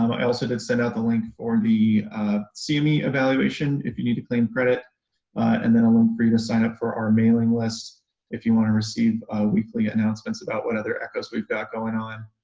um i also did send out the link for the cme evaluation if you need to claim credit and then i'm and free to sign up for our mailing list if you want to receive weekly announcements about what other echos we've got going on